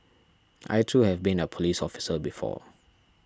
I too have been a police officer before